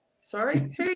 Sorry